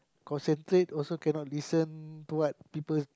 concentrate also cannot listen to what people